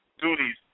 duties